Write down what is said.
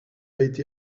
été